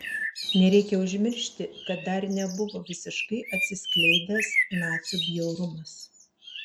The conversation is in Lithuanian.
nereikia užmiršti kad dar nebuvo visiškai atsiskleidęs nacių bjaurumas